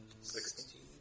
Sixteen